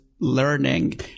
learning